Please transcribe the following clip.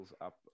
up